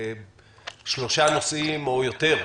שלושה נושאים, או יותר,